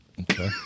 Okay